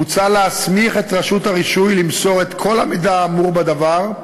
מוצע להסמיך את רשות הרישוי למסור את כל המידע האמור בַּדבר,